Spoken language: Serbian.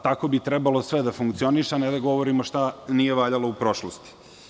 Tako bi trebalo sve da funkcioniše, a ne da govorimo šta nije valjalo u prošlosti.